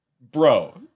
Bro